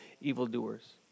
evildoers